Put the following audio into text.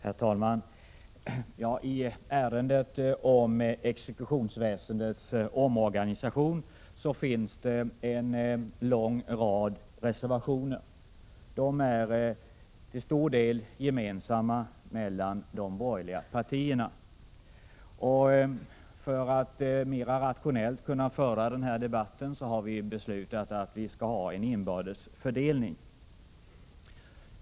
Herr talman! I ärendet om exekutionsväsendets omorganisation finns det en lång rad reservationer. De är till stor del gemensamma mellan de borgerliga partierna. För att kunna föra den här debatten rationellt har vi beslutat att göra en inbördes fördelning.